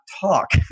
talk